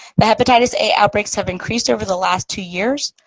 the hepatitis a outbreaks have increased over the last two years.